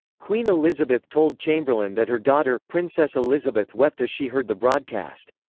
queen elizabeth told chamberlain that her daughter, princess elizabeth wept as she heard the broadcast.